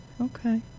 Okay